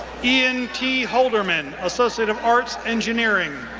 ian t. holderman, associate of arts, engineering.